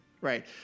Right